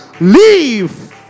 Leave